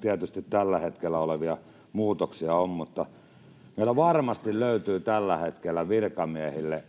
tietysti tällä hetkellä on pieniä muutoksia, mutta meillä varmasti löytyy tällä hetkellä virkamiehistöstä